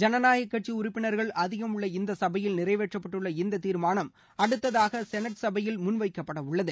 ஜனநாயக கட்சி உறுப்பினர்கள் அதிகம் உள்ள இந்த சபையில் நிறைவேற்றப்பட்டுள்ள இந்த தீர்மானம் அடுத்ததாக செனட் சபையில் முன்வைக்கப்படவுள்ளது